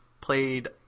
played